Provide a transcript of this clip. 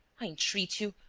i entreat you.